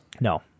No